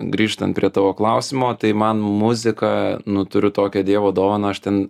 grįžtant prie tavo klausimo tai man muzika nu turiu tokią dievo dovaną aš ten